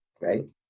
right